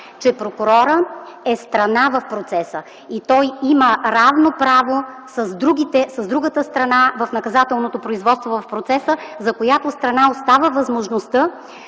че прокурорът е страна в процеса и той има равно право с другата страна в наказателното производство в процеса, за която страна остава възможността